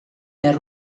nel